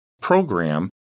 program